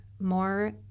more